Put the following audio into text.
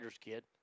kid